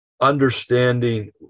understanding